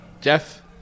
Jeff